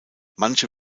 manche